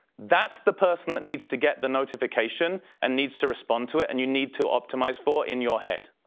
that's the person that needs to get the notification. and needs to respond to it, and you need to optimize for in your head.